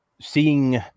seeing